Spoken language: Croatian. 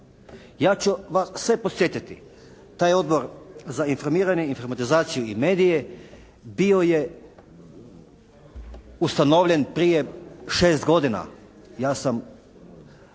Ja ću vas sve posjetiti, taj Odbor za informiranje, informatizaciju i medije bio je ustanovljen prije šest godina,